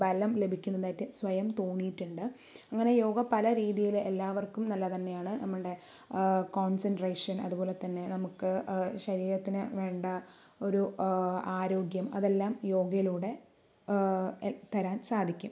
ബലം ലഭിക്കുന്നതായിട്ട് സ്വയം തോന്നിയിട്ടുണ്ട് അങ്ങനെ യോഗ പല രീതിയില് എല്ലാവർക്കും നല്ലത് തന്നെയാണ് നമ്മുടെ കോൺസെൻട്രേഷൻ അതുപോലെത്തന്നെ നമുക്ക് ശരീരത്തിന് വേണ്ട ഒരു ആരോഗ്യം അതെല്ലാം യോഗയിലൂടെ തരാൻ സാധിക്കും